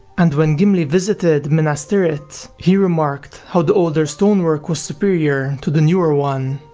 and when gimli visited minas tirith, he remarked how the older stonework was superior to the newer one.